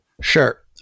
Sure